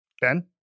Ben